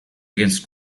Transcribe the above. against